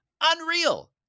Unreal